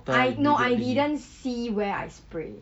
I no I didn't see where I spray